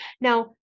Now-